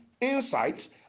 insights